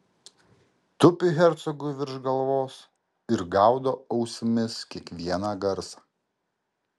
tupi hercogui virš galvos ir gaudo ausimis kiekvieną garsą